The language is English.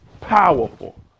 powerful